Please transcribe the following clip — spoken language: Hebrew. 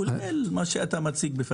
כולל מה שאתה מציג.